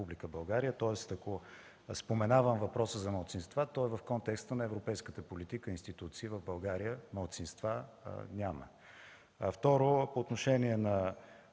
тоест ако споменавам въпроса за малцинства, той е в контекста на европейската политика и институции. В България малцинства няма.